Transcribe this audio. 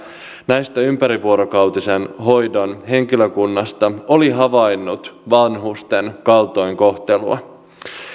tästä ympärivuorokautisen hoidon henkilökunnasta oli havainnut vanhusten kaltoinkohtelua